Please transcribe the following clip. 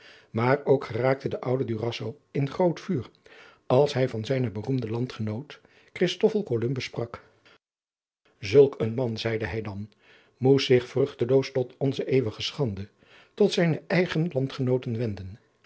maar ook geraakte de oude durazzo in groot vuur als hij van zijnen beroemden landgenoot christoffel columbus sprak zulk een man zeide hij dan moest adriaan loosjes pzn het leven van maurits lijnslager zich vruchteloos tot onze eeuwige schande tot zijne eigen landgenooten wenden